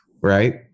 right